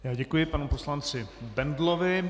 Já děkuji panu poslanci Bendlovi.